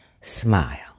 smile